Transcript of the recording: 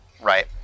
right